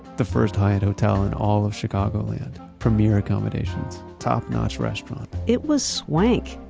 the first hyatt hotel in all of chicagoland, premier accommodations, top-notch restaurant. it was swank.